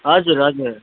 हजुर हजुर